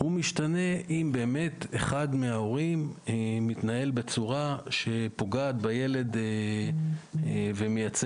אם באמת אחד מההורים מתנהל בצורה שפוגעת בילד ומייצרת